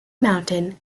mountain